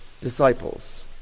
disciples